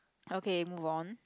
okay move on